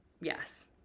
yes